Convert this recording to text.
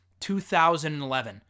2011